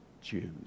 Jews